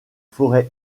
forêt